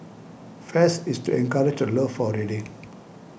fest is to encourage the love for reading